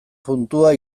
puntua